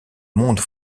monde